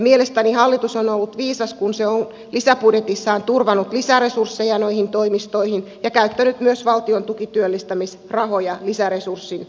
mielestäni hallitus on ollut viisas kun se on lisäbudjetissaan turvannut lisäresursseja noihin toimistoihin ja käyttänyt myös valtion tukityöllistämisrahoja lisäresurssin turvaamiseen